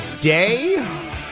day